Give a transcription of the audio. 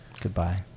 Goodbye